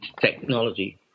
technology